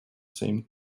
same